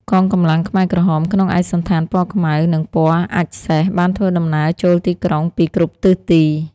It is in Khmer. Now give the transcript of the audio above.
កងកម្លាំងខ្មែរក្រហមក្នុងឯកសណ្ឋានពណ៌ខ្មៅ និងពណ៌អាចម៍សេះ បានធ្វើដំណើរចូលទីក្រុងពីគ្រប់ទិសទី។